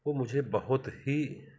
वह मुझे बहुत ही